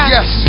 Yes